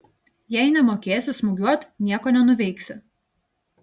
jei nemokėsi smūgiuot nieko nenuveiksi